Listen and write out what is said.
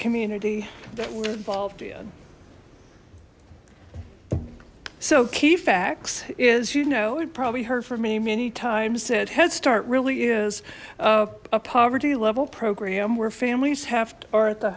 community that were involved in so key facts is you know it probably heard for me many times that head start really is a a poverty level program where families have are a